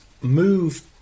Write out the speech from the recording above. move